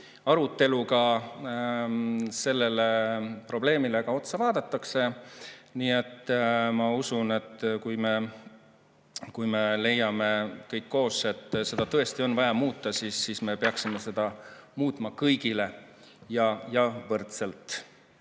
aruteluga sellele probleemile otsa vaadatakse. Nii et ma usun, et kui me leiame kõik koos, et seda tõesti on vaja muuta, siis me peaksime seda muutma kõigile ja võrdselt.